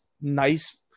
nice